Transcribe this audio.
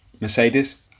Mercedes